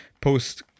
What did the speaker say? post